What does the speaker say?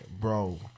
bro